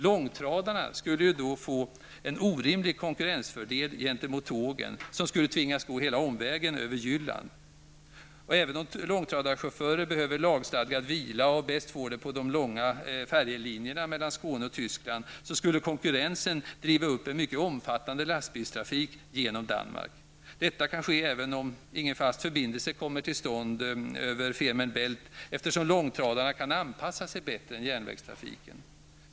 Långtradarna skulle få en orimlig konkurrensfördel gentemot tågen, som skulle tvingas gå hela omvägen över Jylland. Även om långtradarchaufförer behöver lagstadgad vila och bäst får det på de långa färjelinjerna mellan Skåne och Tyskland skulle konkurrensen driva upp en mycket omfattande lastbilstrafik genom Danmark. Detta kanske även om ingen fast förbindelse kommer till stånd över Femer Bält, eftersom långtradarna kan anpassa sig bättre än järnvägstrafiken.